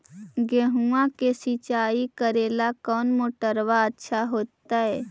गेहुआ के सिंचाई करेला कौन मोटरबा अच्छा होतई?